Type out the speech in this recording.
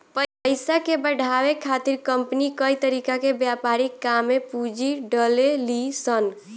पइसा के बढ़ावे खातिर कंपनी कई तरीका के व्यापारिक काम में पूंजी डलेली सन